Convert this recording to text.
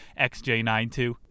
XJ92